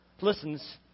listens